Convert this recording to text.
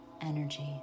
energy